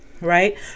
right